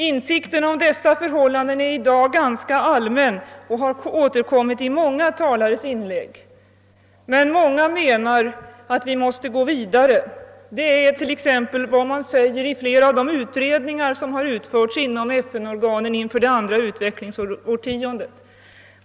Insikten om dessa förhållanden är i dag ganska allmän och har återkommit i många talares inlägg. Många menar att vi måste gå vidare. Detta är vad man säger exempelvis i flera av de utredningar som har utförts inom FN-organen inför det andra utvecklingsårtiondet.